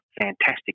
fantastic